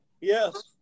Yes